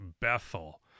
Bethel